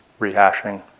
rehashing